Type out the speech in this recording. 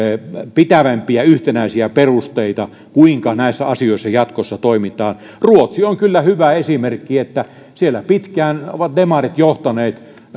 pitävämpiä yhtenäisiä perusteita kuinka näissä asioissa jatkossa toimitaan ruotsi on kyllä hyvä esimerkki siellä pitkään ovat demarit johtaneet